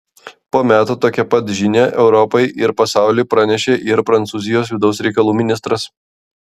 po metų tokią pat žinią europai ir pasauliui pranešė ir prancūzijos vidaus reikalų ministras